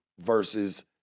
versus